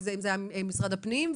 אם זה היה משרד הפנים,